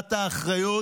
בלקיחת האחריות